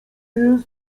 jest